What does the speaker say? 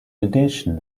addition